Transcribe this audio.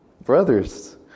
Brothers